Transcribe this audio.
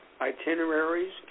itineraries